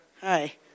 Hi